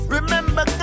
Remember